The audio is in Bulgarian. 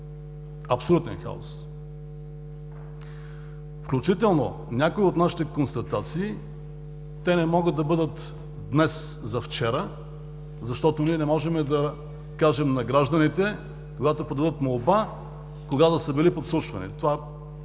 абсолютен хаос! Включително някои от нашите констатации не могат да бъдат от днес за вчера, защото ние не можем да кажем на гражданите, когато подадат молба, кога да са били подслушвани. Това е